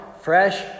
fresh